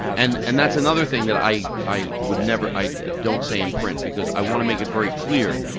and and that's another thing that i i would never i don't say in print, because i want to make it very clear,